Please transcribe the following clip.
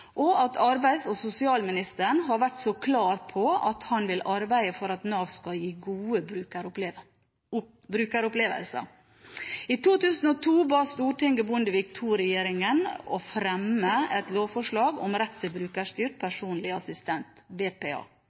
og at arbeids- og sosialministeren har vært så klar på at han vil arbeide for at Nav skal gi gode brukeropplevelser. I 2002 ba Stortinget Bondevik II-regjeringen om å fremme et lovforslag om rett til brukerstyrt personlig assistent, BPA.